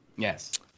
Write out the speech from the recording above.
Yes